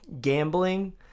gambling